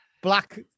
black